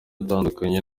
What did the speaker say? utandukanye